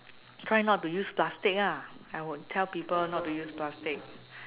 try not to use plastic ah I would tell people not to use plastic